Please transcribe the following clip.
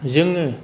जोङो